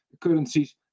Currencies